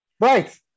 Right